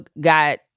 got